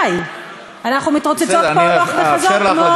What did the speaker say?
אנחנו מתרוצצות פה הלוך וחזור כמו,